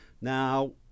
Now